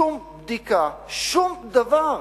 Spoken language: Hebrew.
שום בדיקה, שום דבר?